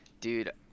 dude